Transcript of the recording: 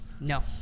No